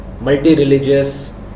multi-religious